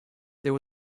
there